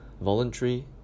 Voluntary